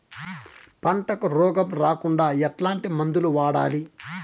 పంటకు రోగం రాకుండా ఎట్లాంటి మందులు వాడాలి?